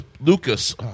Lucas